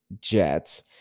Jets